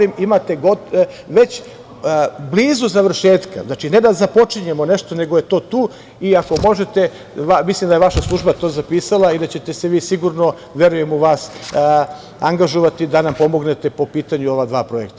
Imate već blizu završetka, znači, ne da započinjemo nešto, nego je to tu i ako možete, mislim da je vaša služba to zapisala i da ćete se vi sigurno, verujem u vas, angažovati da nam pomognete po pitanju ova dva projekta.